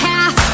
Half